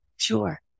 Sure